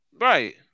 Right